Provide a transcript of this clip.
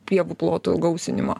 pievų plotų gausinimo